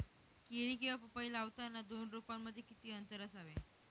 केळी किंवा पपई लावताना दोन रोपांमध्ये किती अंतर असावे?